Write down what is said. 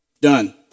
Done